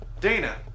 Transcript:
dana